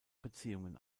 beziehungen